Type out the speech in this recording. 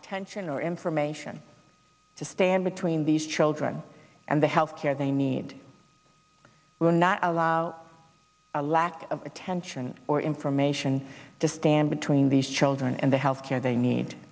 attention or information to stand between these children and the health care they need will not allow a lack of attention or information to stand between these chill and the health care they need